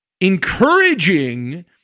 encouraging